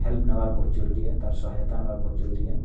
help ନେବାର୍ ବହୁତ ଜରୁରୀ ଏ ତା'ର୍ ସହାୟତା ନେବାର୍ ବହୁତ ଜରୁରୀ ଏ